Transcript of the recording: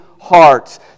hearts